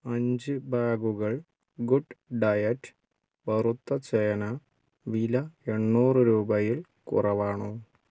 അഞ്ച് ബാഗുകൾ good diet വറുത്ത ചേന വില എണ്ണൂറ് രൂപയിൽ കുറവാണോ